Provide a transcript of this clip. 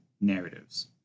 narratives